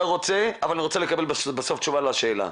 אבל אני רוצה לקבל בסוף תשובה לשאלה.